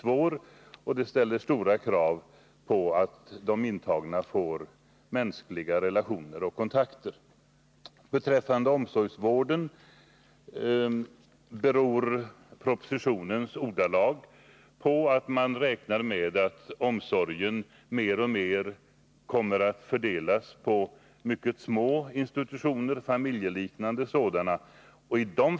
Därför måste det ställas krav på att de intagna får kontakt med andra människor. I propositionen sägs att man räknar med att omsorgsvården kommer att spridas ut på mycket små, familjeliknande institutioner.